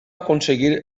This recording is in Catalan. aconseguir